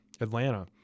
Atlanta